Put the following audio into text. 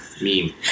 meme